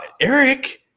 Eric